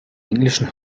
englischen